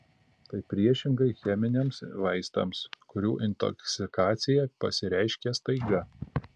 tai priešingai cheminiams vaistams kurių intoksikacija pasireiškia staiga